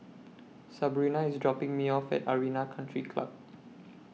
Sabrina IS dropping Me off At Arena Country Club